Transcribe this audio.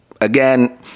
again